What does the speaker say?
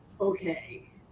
Okay